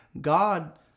God